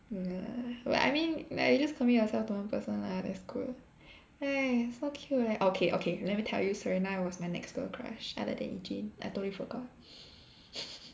ya but I mean like you just commit yourself to one person lah that's good !aiya! so cute leh okay okay let me tell you Serena was my next girl crush other than Ee Jean I totally forgot